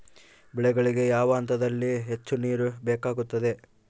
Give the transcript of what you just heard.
ಬೆಳೆಗಳಿಗೆ ಯಾವ ಹಂತದಲ್ಲಿ ಹೆಚ್ಚು ನೇರು ಬೇಕಾಗುತ್ತದೆ?